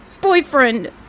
Boyfriend